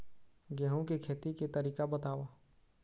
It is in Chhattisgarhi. गेहूं के खेती के तरीका बताव?